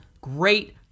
great